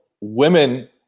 women